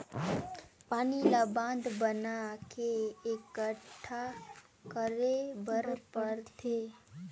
पानी ल बांधा बना के एकटठा करे बर परथे